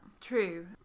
True